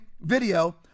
Video